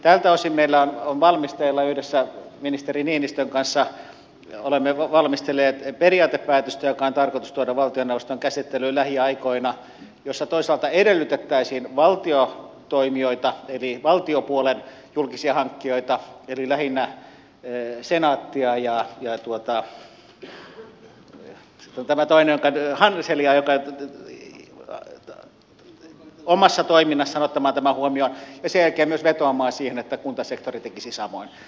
tältä osin yhdessä ministeri niinistön kanssa olemme valmistelleet periaatepäätöstä joka on tarkoitus tuoda valtioneuvoston käsittelyyn lähiaikoina jossa toisaalta edellytettäisiin valtiotoimijoita eli valtiopuolen julkisia hankkijoita lähinnä senaattia ja hanselia omassa toiminnassaan ottamaan tämän huomioon ja sen jälkeen myös vetoamaan siihen että kuntasektori tekisi samoin